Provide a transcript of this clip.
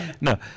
no